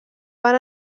van